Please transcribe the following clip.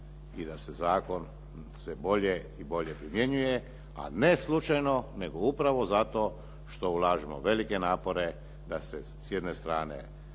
i da se zakon sve bolje i bolje primjenjuje, a ne slučajno nego upravo zato što ulažemo velike napore da se s jedne strane